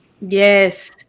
Yes